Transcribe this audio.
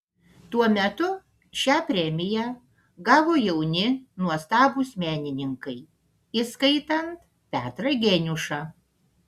tuo metu šią premiją gavo jauni nuostabūs menininkai įskaitant petrą geniušą